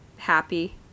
Happy